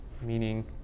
meaning